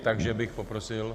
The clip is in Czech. Takže bych poprosil